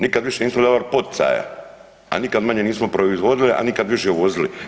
Nikad više nismo davali poticaja a nikad manje nismo proizvodili a nikad više uvozili.